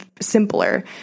simpler